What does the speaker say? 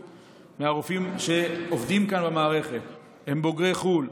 מהרופאים שעובדים כאן במערכת הם בוגרי חו"ל,